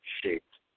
shaped